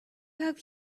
have